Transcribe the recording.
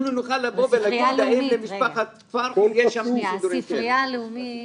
נוכל לבוא ולהגיד האם למשפחת פרחי יש שם --- הספרייה הלאומית,